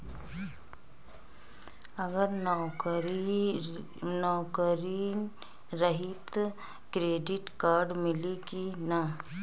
अगर नौकरीन रही त क्रेडिट कार्ड मिली कि ना?